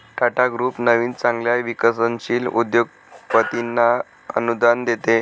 Tata group नवीन चांगल्या विकसनशील उद्योगपतींना अनुदान देते